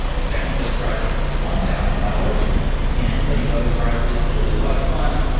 second-place prize of one thousand dollars and plenty of other prizes. it'll be a lot of fun.